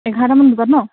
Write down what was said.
এঘাৰটামান বজাত ন